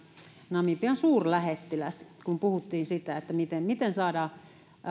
namibian suurlähettiläs kun puhuttiin siitä miten saadaan